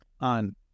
on